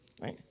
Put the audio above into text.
right